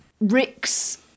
Ricks